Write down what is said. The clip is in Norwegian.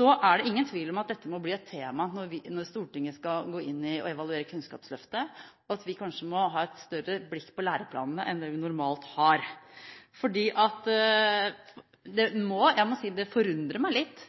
er det ingen tvil om at dette må bli et tema når Stortinget skal gå inn og evaluere Kunnskapsløftet, at vi kanskje i større grad må ha et blikk på lærerplanene enn det vi normalt har. Jeg må si jeg forundrer meg litt